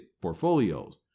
portfolios